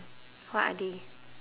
what are they